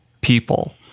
people